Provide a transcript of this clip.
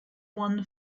won